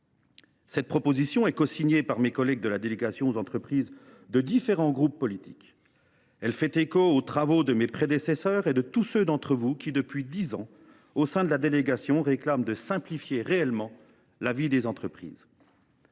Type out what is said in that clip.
Cette proposition de loi est cosignée par mes collègues de la délégation aux entreprises de différents groupes politiques. Elle fait écho aux travaux de mes prédécesseurs et de tous ceux d’entre vous qui, depuis dix ans, mes chers collègues, au sein de la délégation, réclament que l’on simplifie véritablement la vie des entreprises.